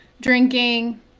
drinking